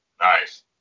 Nice